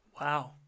Wow